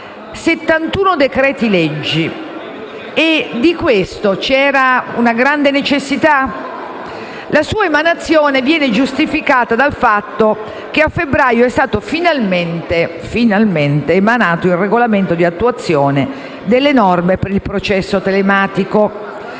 Del decreto-legge in esame, dunque, c'era grande necessità? La sua emanazione viene giustificata dal fatto che a febbraio è stato finalmente emanato il regolamento di attuazione delle norme per il processo telematico,